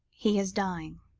he is dying.